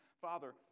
Father